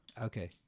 Okay